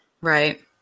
Right